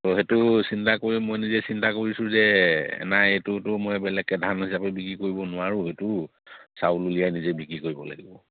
ত' সেইটো চিন্তা কৰি মই নিজে চিন্তা কৰিছোঁ যে নাই এইটোতো মই বেলেগকৈ ধান হিচাপে বিক্ৰী কৰিব নোৱাৰোঁ সেইটো চাউল উলিয়াই নিজে বিক্ৰী কৰিব লাগিব